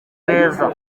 beza